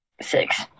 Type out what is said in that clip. Six